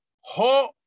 Ho